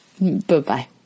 Bye-bye